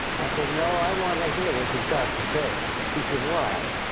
i said no, i want to hear what you've got to say. he said why?